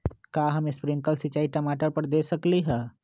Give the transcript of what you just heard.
का हम स्प्रिंकल सिंचाई टमाटर पर दे सकली ह?